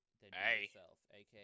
hey